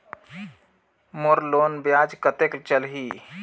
मोर loan ब्याज कतेक चलही?